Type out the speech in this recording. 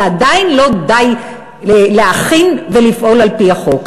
ועדיין לא די להכין ולפעול על-פי החוק.